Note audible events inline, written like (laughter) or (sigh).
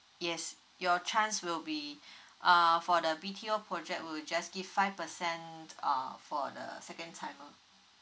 yes your chance will be (breath) uh for the B_T_O project will just give five percent uh for the second timer